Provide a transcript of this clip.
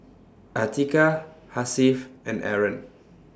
Atiqah Hasif and Aaron